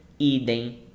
Idem